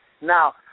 Now